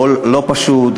עול לא פשוט,